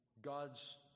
God's